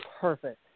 perfect